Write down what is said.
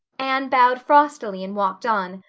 anne bowed frostily and walked on,